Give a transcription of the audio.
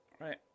right